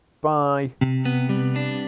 Bye